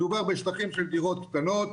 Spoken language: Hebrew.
מדובר בשטחים של דירות קטנות.